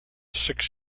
six